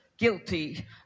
guilty